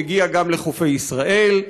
מגיע גם לחופי ישראל,